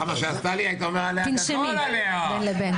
תנשמי בין לבין.